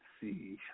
see